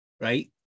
right